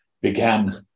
began